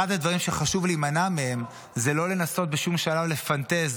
אחד הדברים שחשוב להימנע מהם זה לא לנסות בשום שלב לפנטז,